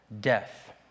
death